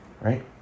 Right